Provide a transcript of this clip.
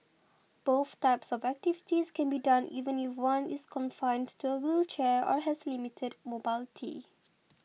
both types of activities can be done even if one is confined to a wheelchair or has limited mobility